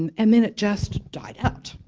and and then it just died out